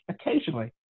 occasionally